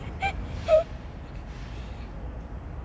எனக்கு பசியா ஆக்காத பண்டி:enakku pasiya aakkatha pandi